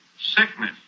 sickness